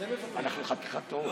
אתם מוותרים.